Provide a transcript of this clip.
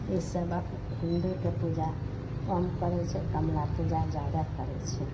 ईसभ आब हिन्दूके पूजा कम करै छै कमला पूजा जादा करै छै